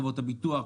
חברות הביטוח,